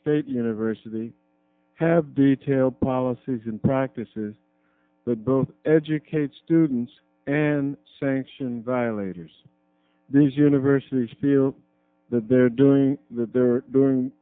state university have detail policies and practices that both educate students and sanction violators these universities feel that they're doing th